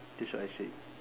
that's what I said